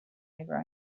over